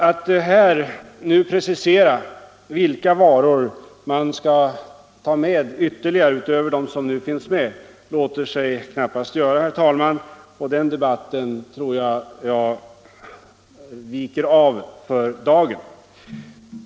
Att här precisera vilka varor man skall ta med utöver dem som nu finns med låter sig knappast göra. Den debatten måste föras i annat sammanhang, och därför avstår jag från det för dagen.